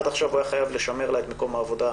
עד עכשיו הוא היה חייב לשמר לה את מקום העבודה,